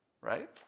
right